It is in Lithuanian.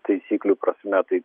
taisyklių prasme tai